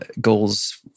goals